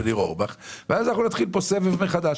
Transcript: ואז נתחיל כאן סבב מחדש.